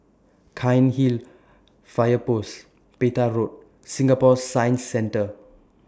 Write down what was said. Cairnhill Fire Post Petir Road Singapore Science Centre